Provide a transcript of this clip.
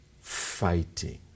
fighting